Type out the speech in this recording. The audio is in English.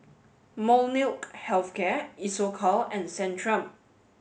Molnylcke health care Isocal and Centrum